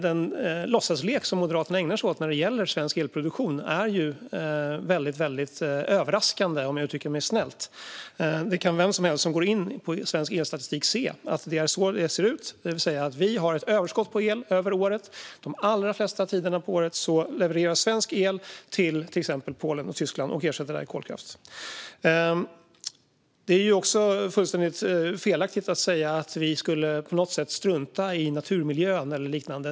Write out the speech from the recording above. Den låtsaslek som Moderaterna ägnar sig åt när det gäller svensk elproduktion är överraskande, om jag uttrycker mig snällt. Den som läser svensk elstatistik kan se hur det ser ut, det vill säga att Sverige har ett överskott på el över året. De allra flesta tiderna på året levereras svensk el till exempelvis Polen och Tyskland och ersätter där kolkraft. Det är också fullständigt felaktigt att säga att regeringen på något sätt skulle strunta i naturmiljön eller liknande.